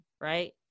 right